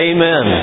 Amen